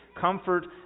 comfort